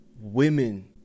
women